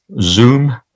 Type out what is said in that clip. Zoom